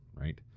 Right